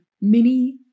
mini